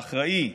האחראי,